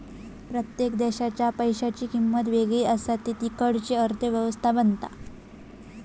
प्रत्येक देशाच्या पैशांची किंमत वेगळी असा ती तिकडची अर्थ व्यवस्था बनवता